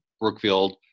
Brookfield